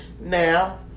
Now